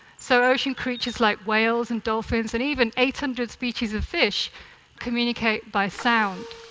so ocean creatures like whales and dolphins and even eight hundred species of fish communicate by sound.